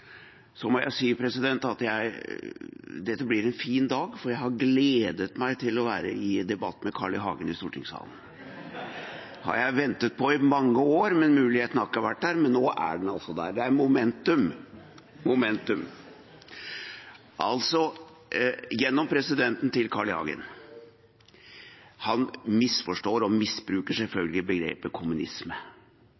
må si at dette blir en fin dag, for jeg har gledet meg til å være i debatt med Carl I. Hagen i stortingssalen. Det har jeg ventet på i mange år, men muligheten har ikke vært der. Nå er den altså der. Det er momentum. Men altså, gjennom presidenten vil jeg si til Carl I. Hagen: Han misforstår og misbruker